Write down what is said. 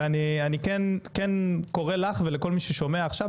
ואני כן קורא לך ולכל מי ששומע עכשיו,